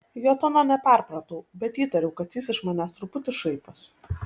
jo tono neperpratau bet įtariau kad jis iš manęs truputį šaiposi